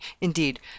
indeed